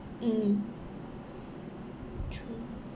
mm true